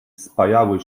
spajały